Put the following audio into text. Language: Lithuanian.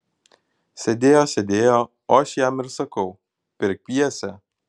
sėdėjo sėdėjo o aš jam ir sakau pirk pjesę